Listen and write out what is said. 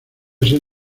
ser